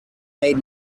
made